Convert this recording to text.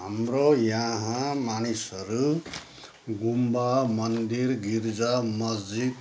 हाम्रो यहाँ मानिसहरू गुम्बा मन्दिर गिर्जा मस्जिद